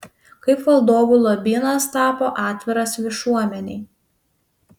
kaip valdovų lobynas tapo atviras viešuomenei